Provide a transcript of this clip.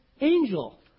angel